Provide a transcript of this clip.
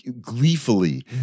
gleefully